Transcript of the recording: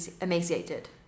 emaciated